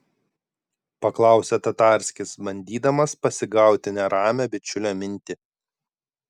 paklausė tatarskis bandydamas pasigauti neramią bičiulio mintį